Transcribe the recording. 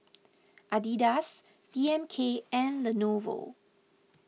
Adidas D M K and Lenovo